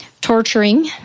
torturing